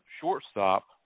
shortstop